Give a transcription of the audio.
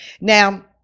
Now